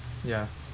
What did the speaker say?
ya